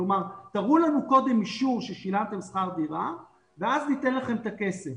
כלומר תראו לנו קודם אישור ששילמתם שכר דירה ואז ניתן לכם את הכסף.